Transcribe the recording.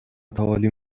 تعالیم